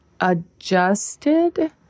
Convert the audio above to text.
adjusted